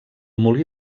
molí